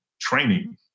training